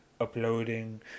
Uploading